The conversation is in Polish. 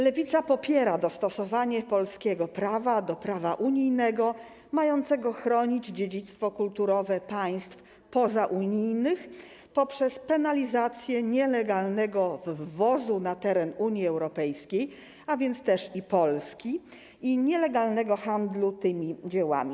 Lewica popiera dostosowanie polskiego prawa do prawa unijnego mającego chronić dziedzictwo kulturowe państw pozaunijnych poprzez penalizację nielegalnego wwozu na teren Unii Europejskiej, a więc też Polski, dzieł sztuki i nielegalnego handlu nimi.